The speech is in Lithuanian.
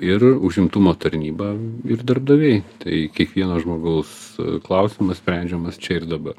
ir užimtumo tarnyba ir darbdaviai tai kiekvieno žmogaus klausimas sprendžiamas čia ir dabar